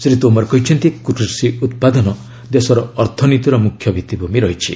ଶ୍ରୀ ତୋମର କହିଛନ୍ତି କୃଷି ଉତ୍ପାଦନ ଦେଶର ଅର୍ଥନୀତିର ମୁଖ୍ୟ ଭିଭିଭୂମି ରହିଛି